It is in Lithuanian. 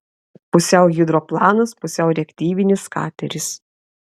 pusiau hidroplanas pusiau reaktyvinis kateris